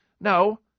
No